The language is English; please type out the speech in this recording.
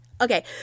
Okay